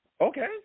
Okay